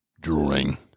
drawing